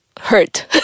hurt